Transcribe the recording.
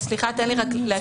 סליחה, תן לי רק להשלים.